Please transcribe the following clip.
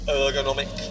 ergonomic